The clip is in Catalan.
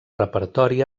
repertori